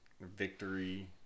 Victory